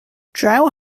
draw